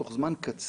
בתוך זמן קצר,